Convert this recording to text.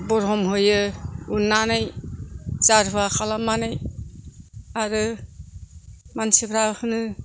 बरम होयो उन्नानै जारुवा खालामनानै आरो मानसिफ्रा होनो